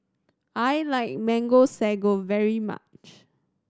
I like Mango Sago very much